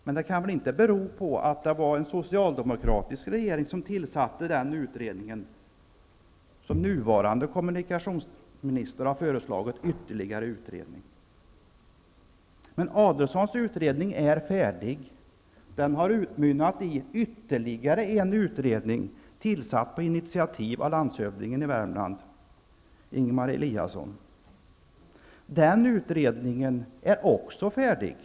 Att den nuvarande kommunikationsministern har föreslagit ytterligare utredning kan väl inte bero på att det var en socialdemokratisk regering som tillsatte den utredningen. Adelsohns utredning är färdig och har utmynnat i ytterligare en utredning som tillsattes på initiativ av landshövdingen i Värmland Ingemar Eliasson. Den utredningen är också färdig.